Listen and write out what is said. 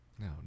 No